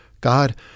God